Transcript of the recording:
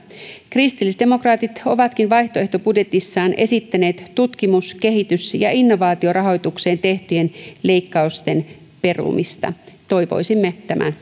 kristillisdemokraatit ovatkin vaihtoehtobudjetissaan esittäneet tutkimus kehitys ja innovaa tiorahoitukseen tehtyjen leikkausten perumista toivoisimme tämän